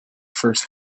first